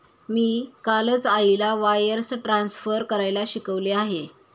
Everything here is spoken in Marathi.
मी कालच आईला वायर्स ट्रान्सफर करायला शिकवले आहे